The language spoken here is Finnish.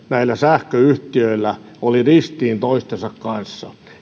näillä sähköyhtiöillä oli ristiin toistensa kanssa